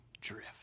drift